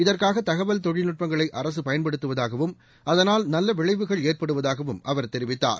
இதற்காக தகவல் தொழில்நுட்பங்களை அரசு பயன்படுத்துவதாகவும் அதனால் நல்ல விளைவுகள் ஏற்படுவதாகவும் அவர் தெரிவித்தார்